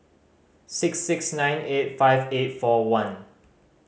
six six nine eight five eight four one